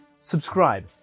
subscribe